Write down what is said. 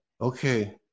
Okay